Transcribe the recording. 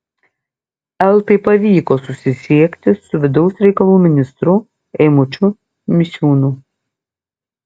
eltai pavyko susisiekti su vidaus reikalų ministru eimučiu misiūnu